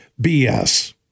BS